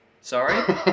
Sorry